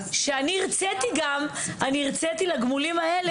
כשאני הרציתי, אני הרציתי גם לגמולים האלה.